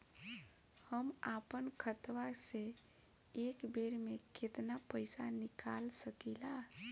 हम आपन खतवा से एक बेर मे केतना पईसा निकाल सकिला?